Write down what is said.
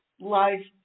life